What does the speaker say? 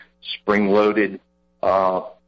spring-loaded